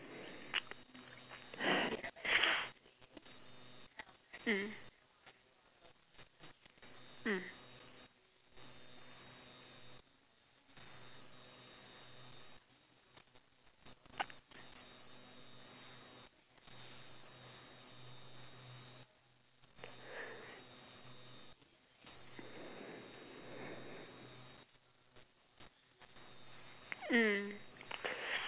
mm mm mm